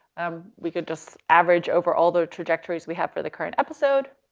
um, we could just average over all the trajectories we have for the current episode,